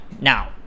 Now